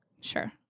Sure